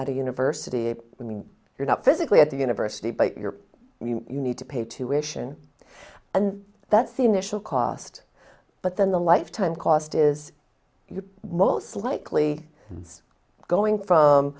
at a university when you're not physically at the university but your you need to pay tuition and that's the national cost but then the lifetime cost is most likely going from